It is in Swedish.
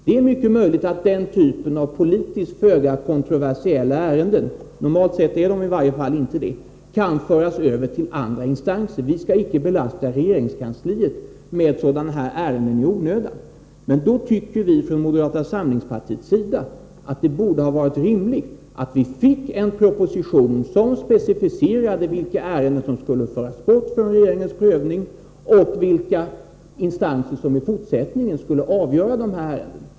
Det är mycket möjligt att den typen av politiskt föga kontroversiella ärenden — normalt sett är de i varje fall inte kontroversiella — kan föras över till andra instanser. Vi skall icke belasta regeringskansliet med sådana ärenden i onödan. Men då tycker vi från moderata samlingspartiets sida att det borde ha varit rimligt att vi fått en proposition som specificerade vilka ärenden som skulle föras bort från regeringens prövning och vilka instanser som i fortsättningen skulle avgöra dessa ärenden.